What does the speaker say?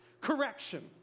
correction